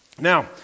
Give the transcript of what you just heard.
Now